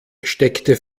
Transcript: steckte